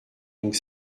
donc